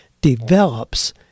develops